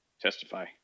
Testify